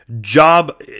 job